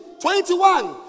twenty-one